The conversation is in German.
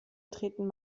treten